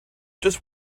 just